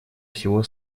всего